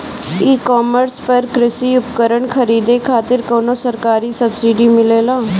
ई कॉमर्स पर कृषी उपकरण खरीदे खातिर कउनो सरकारी सब्सीडी मिलेला?